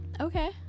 okay